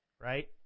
Right